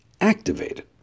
activated